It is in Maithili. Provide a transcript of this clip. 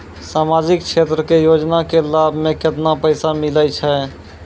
समाजिक क्षेत्र के योजना के लाभ मे केतना पैसा मिलै छै?